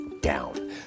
down